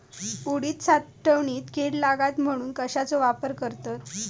उडीद साठवणीत कीड लागात म्हणून कश्याचो वापर करतत?